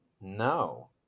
No